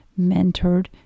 mentored